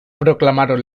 proclamaron